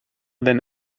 than